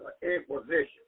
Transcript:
Inquisition